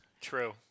True